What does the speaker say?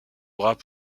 bras